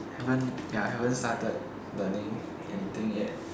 haven't ya haven't started learning anything yet